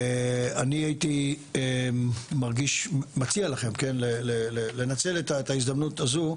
ואני הייתי מציע לכם לנצל את ההזדמנות הזו,